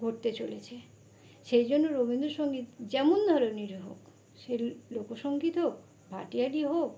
ঘটতে চলেছে সেই জন্য রবীন্দ্রসঙ্গীত যেমন ধরনেরই হোক সে লোকসঙ্গীত হোক ভাটিয়ালি হোক